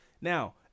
Now